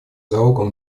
залогом